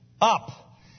Up